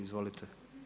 Izvolite.